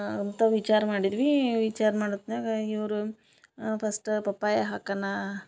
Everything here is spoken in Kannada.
ಅಂತ ವಿಚಾರ ಮಾಡಿದ್ವಿ ವಿಚಾರ ಮಾಡೋತ್ನ್ಯಾಗ ಇವರು ಫಸ್ಟ ಪಪ್ಪಾಯ ಹಾಕನಾ